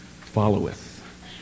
followeth